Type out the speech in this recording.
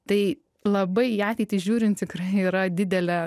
tai labai į ateitį žiūrint tikrai yra didelė